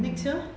um